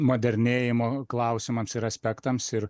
modernėjimo klausimams ir aspektams ir